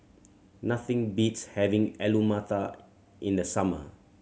nothing beats having Alu Matar in the summer